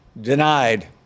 denied